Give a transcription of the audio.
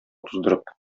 туздырып